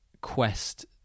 quest